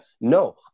No